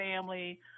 family